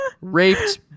raped